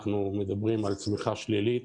על צמיחה שלילית,